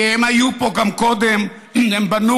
כי הם היו פה גם קודם: הם בנו,